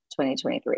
2023